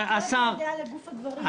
בית משפט לא הביע דעה לגוף הדברים.